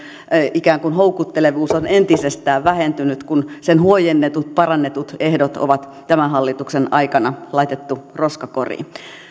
ikään kuin houkuttelevuus on entisestään vähentynyt kun sen huojennetut parannetut ehdot on tämän hallituksen aikana laitettu roskakoriin